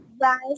rice